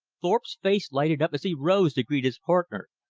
thorpe's face lighted up as he rose to greet his partner.